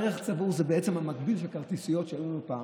הערך הצבור זה בעצם המקביל של כרטיסיות שהיו לנו פעם,